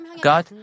God